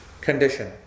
condition